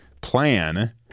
plan